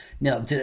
Now